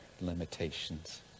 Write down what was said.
limitations